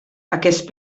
aquest